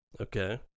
Okay